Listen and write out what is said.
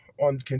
on